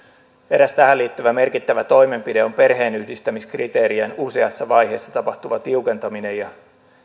eräs tähän liittyvä merkittävä toimenpide on perheenyhdistämiskriteerien useassa vaiheessa tapahtuva tiukentaminen ja